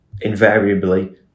invariably